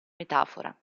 metafora